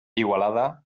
igualada